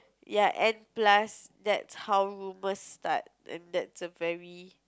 ya and plus that's how rumours start and that's a very